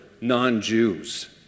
non-Jews